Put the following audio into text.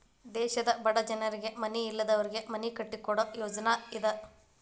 ದೇಶದ ಬಡ ಜನರಿಗೆ ಮನಿ ಇಲ್ಲದವರಿಗೆ ಮನಿ ಕಟ್ಟಿಕೊಡು ಯೋಜ್ನಾ ಇದ